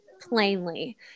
plainly